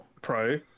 Pro